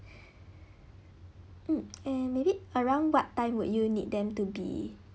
mm and maybe around what time would you need them to be